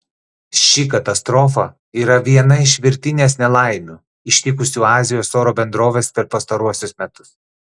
ši katastrofa yra viena iš virtinės nelaimių ištikusių azijos oro bendroves per pastaruosius metus